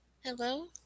Hello